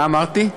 מה אמרתי?